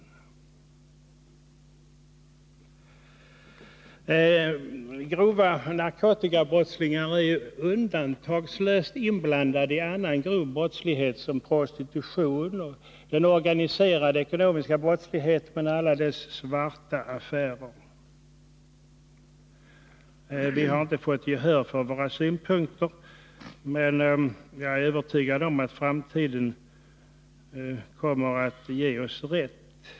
De som begår grova narkotikabrott är också undantagslöst inblandade i annan grov brottslighet såsom prostitution och organiserad ekonomisk brottslighet med alla dess svarta affärer. Vi har inte fått gehör för våra synpunkter, men jag är övertygad om att framtiden kommer att ge oss rätt.